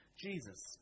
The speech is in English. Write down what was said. Jesus